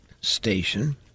station